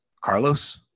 Carlos